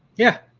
yeah.